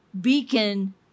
beacon